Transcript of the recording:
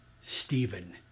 Stephen